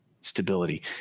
stability